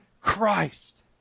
Christ